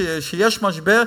כשיש משבר,